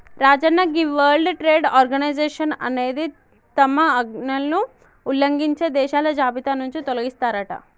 రాజన్న గీ World Trade Organization అనేది తమ ఆజ్ఞలను ఉల్లంఘించే దేశాల జాబితా నుంచి తొలగిస్తారట